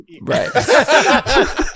Right